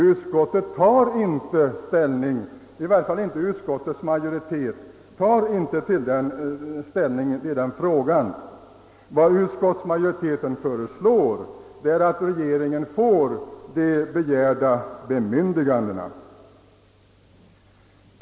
Utskottet tar inte ställning, i varje fall inte utskottsmajoriteten, i den frågan. Vad utskottsmajoriteten föreslår är att regeringen får de begärda bemyndigandena.